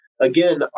again